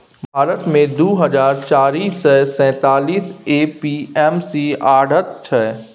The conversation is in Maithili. भारत मे दु हजार चारि सय सैंतालीस ए.पी.एम.सी आढ़त छै